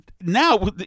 now